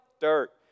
dirt